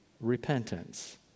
repentance